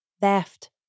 theft